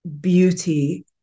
beauty